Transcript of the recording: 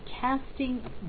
casting